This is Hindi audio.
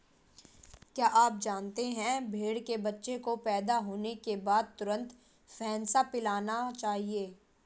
क्या आप जानते है भेड़ के बच्चे को पैदा होने के बाद तुरंत फेनसा पिलाना चाहिए?